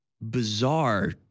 bizarre